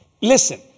Listen